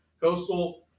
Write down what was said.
Coastal